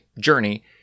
journey